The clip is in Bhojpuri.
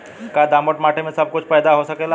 का दोमट माटी में सबही कुछ पैदा हो सकेला?